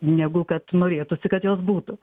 negu kad norėtųsi kad jos būtų